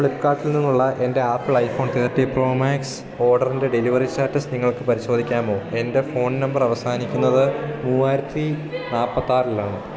ഫ്ലിപ്പ്കാർട്ടിൽ നിന്നുള്ള എൻ്റെ Apple iPhone thirty pro max ഓർഡറിൻ്റെ ഡെലിവറി സ്റ്റാറ്റസ് നിങ്ങൾക്ക് പരിശോധിക്കാമോ എൻ്റെ ഫോൺ നമ്പർ അവസാനിക്കുന്നത് മൂവായിരത്തി നാൽപ്പത്താറിലാണ്